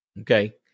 Okay